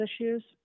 issues